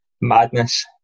madness